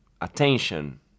attention